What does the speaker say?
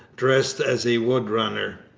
dressed as a wood-runner.